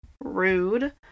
Rude